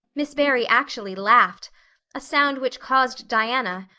miss barry actually laughed a sound which caused diana,